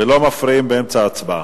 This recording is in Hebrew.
ולא מפריעים באמצע ההצבעה.